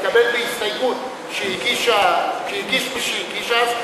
נתקבל בהסתייגות שהגיש מי שהגיש אז,